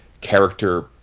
character